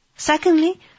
Secondly